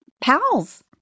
pals